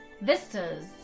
vistas